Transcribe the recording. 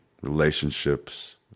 relationships